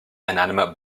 inanimate